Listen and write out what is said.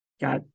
Got